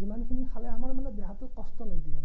যিমানখিনি খালে আমাৰ মানে দেহাটো কষ্ট নিদিয়ে